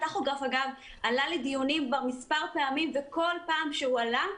הטכוגרף אגב עלה לדיונים כבר מספר פעמים וכל פעם שהוא עלה,